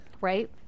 Right